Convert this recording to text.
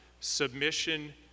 submission